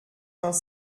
vingt